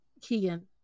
Keegan